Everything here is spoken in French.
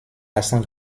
accent